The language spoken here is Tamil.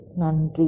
மிக்க நன்றி